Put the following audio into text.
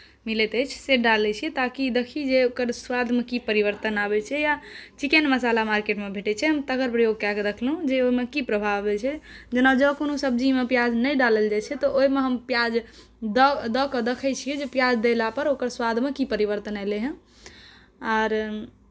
मिलैत अछि से डालैत छी ताकि देखी जे ओकर स्वादमे की परिवर्तन आबैत छै या चिकेन मसाला मार्केटमे भेटैत छै तकर प्रयोग कए कऽ देखलहुँ ओहिमे की प्रभाव होइत छै जेना जँ कोनो सब्जीमे प्याज नहि डालल जाइत छै तऽ ओहिमे हम प्याज दऽ कऽ देखैत छियै जे प्याज देलापर ओकर स्वादमे की परिवर्तन एलै हेँ आर